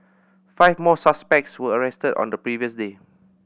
five more suspects were arrested on the previous day